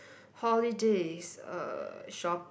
holidays uh shop~